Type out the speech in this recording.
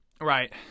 right